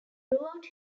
throughout